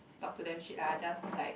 talk to them shit lah just like